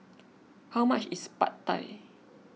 how much is Pad Thai